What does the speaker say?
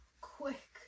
quick